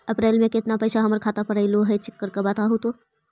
अप्रैल में केतना पैसा हमर खाता पर अएलो है चेक कर के बताहू तो?